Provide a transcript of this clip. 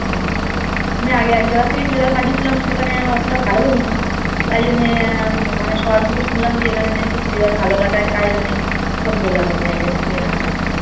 হুম আমি আগে এক জায়গা থেকে চুড়িদার কাটিছিলাম সেখানে অতোটা ভালো হই নি তাই জন্যে মানে সবার মুখে শুনলাম যে এখানে নয় কি চুড়িদার ভালো কাটায় তাই এখানে ফোন করলাম আমি একজনের থেকে নাম্বার নিয়ে